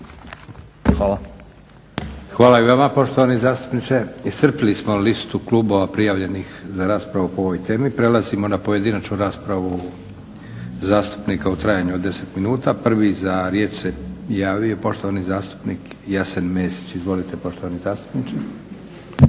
(SDP)** Hvala i vama poštovani zastupniče. Iscrpili smo listu klubova prijavljenih za raspravu po ovoj temi. Prelazimo na pojedinačnu raspravu zastupnika u trajanju od 10 minuta. Prvi za riječ se javio poštovani zastupnik Jasen Mesić. Izvolite poštovani zastupniče.